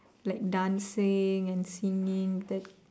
like dancing and singing that